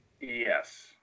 yes